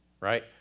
right